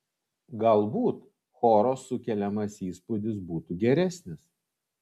galbūt choro sukeliamas įspūdis būtų geresnis